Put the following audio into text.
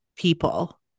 people